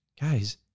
guys